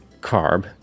carb